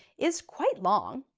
is quite long,